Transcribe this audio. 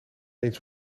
eens